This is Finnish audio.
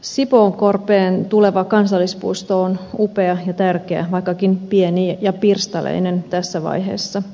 sipoonkorpeen tuleva kansallispuisto on upea ja tärkeä vaikkakin pieni ja pirstaleinen tässä vaiheessa